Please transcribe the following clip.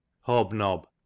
Hobnob